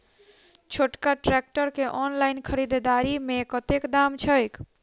छोटका ट्रैक्टर केँ ऑनलाइन खरीददारी मे कतेक दाम छैक?